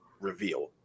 reveal